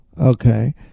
Okay